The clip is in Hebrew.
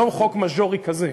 לא חוק מז'ורי כזה.